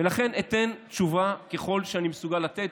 ולכן אתן תשובה ככל שאני מסוגל לתת,